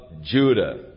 Judah